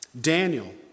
Daniel